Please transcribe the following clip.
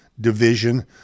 division